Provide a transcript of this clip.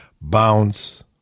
Bounce